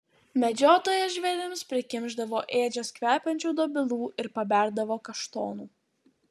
medžiotojas žvėrims prikimšdavo ėdžias kvepiančių dobilų ir paberdavo kaštonų